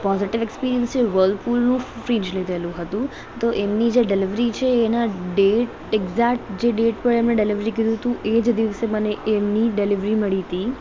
positive experience છે વર્લપૂલનું fridge લીધેલું હતું તો એમની જે ડિલીવરી છે એના ડેટ એક્ઝેટ જે ડેટ પર ડિલીવરી કીધું હતું એજ દિવસે મને એમની ડિલીવરી મળી હતી